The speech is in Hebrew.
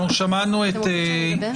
מכובדיי,